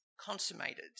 consummated